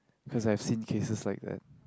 because I've seen cases like that